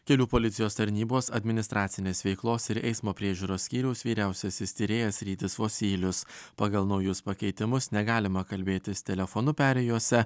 kelių policijos tarnybos administracinės veiklos ir eismo priežiūros skyriaus vyriausiasis tyrėjas rytis vosylius pagal naujus pakeitimus negalima kalbėtis telefonu perėjose